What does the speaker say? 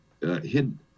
hidden